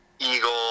Eagle